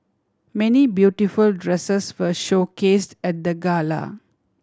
many beautiful dresses were showcase at the gala